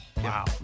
Wow